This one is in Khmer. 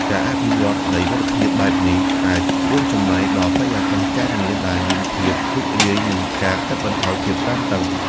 ការអភិវឌ្ឍន៍នៃមិត្តភាពបែបនេះអាចរួមចំណែកដល់បរិយាកាសការងារដែលមានភាពរីករាយ និងការកាត់បន្ថយភាពតានតឹង។